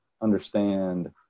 understand